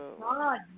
God